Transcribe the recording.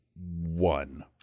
one